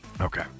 Okay